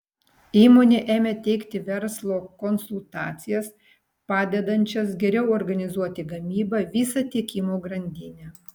įmonė ėmė teikti verslo konsultacijas padedančias geriau organizuoti gamybą visą tiekimo grandinę